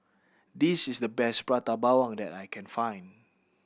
this is the best Prata Bawang that I can find